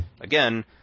again